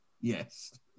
Yes